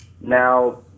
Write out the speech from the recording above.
Now